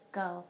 go